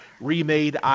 remade